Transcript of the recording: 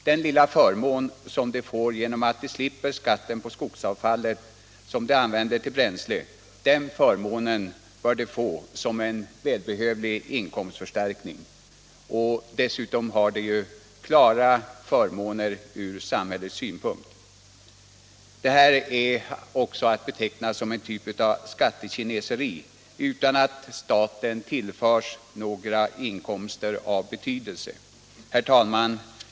Den lilla förmån som de får genom att de slipper skatten på det skogsavfallet bör de få som en välbehövlig inkomstförstärkning. Dessutom är användningen av det bränslet en klar fördel för samhället. Beskattningen av fritt bränsle är en sorts skatte kineseri som inte ger staten några inkomster av betydelse. Herr talman!